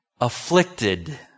afflicted